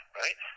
right